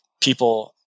people